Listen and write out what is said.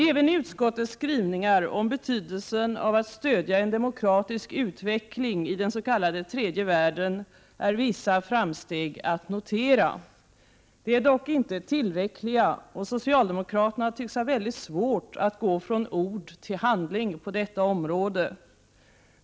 Även i utskottets skrivningar om betydelsen av att stödja en demokratisk utveckling i den s.k. tredje världen är vissa framsteg att notera. De är dock inte tillräckliga och socialdemokraterna tycks ha väldigt svårt att gå från ord till handling på detta område.